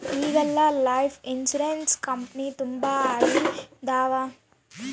ಈಗೆಲ್ಲಾ life insurance company ತುಂಬಾ ಆಗಿದವ